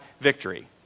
victory